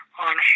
on